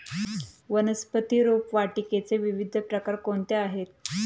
वनस्पती रोपवाटिकेचे विविध प्रकार कोणते आहेत?